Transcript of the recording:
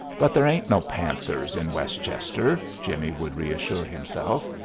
but there ain't no panthers in westchester, jimmie would reassure himself.